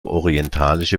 orientalische